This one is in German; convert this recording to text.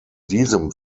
diesem